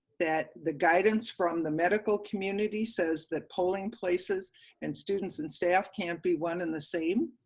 that the guidance from the medical community says the polling places and students and staff can't be one and the same.